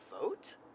vote